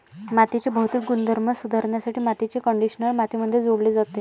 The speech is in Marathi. मातीचे भौतिक गुणधर्म सुधारण्यासाठी मातीचे कंडिशनर मातीमध्ये जोडले जाते